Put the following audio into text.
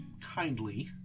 kindly